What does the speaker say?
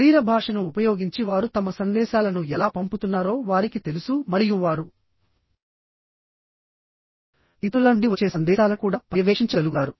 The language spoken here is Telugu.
శరీర భాషను ఉపయోగించి వారు తమ సందేశాలను ఎలా పంపుతున్నారో వారికి తెలుసు మరియు వారు ఇతరుల నుండి వచ్చే సందేశాలను కూడా పర్యవేక్షించగలుగుతారు